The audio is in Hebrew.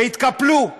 ויתקפלו.